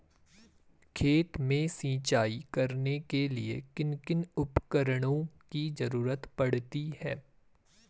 खेत में सिंचाई करने के लिए किन किन उपकरणों की जरूरत पड़ती है?